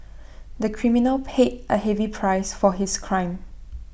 the criminal paid A heavy price for his crime